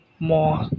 more